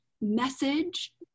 message